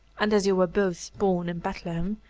and as you were both born in bethlehem,